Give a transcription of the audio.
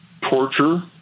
torture